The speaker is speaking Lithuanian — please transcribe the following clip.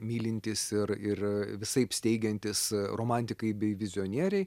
mylintys ir ir visaip steigiantys romantikai bei vizionieriai